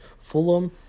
Fulham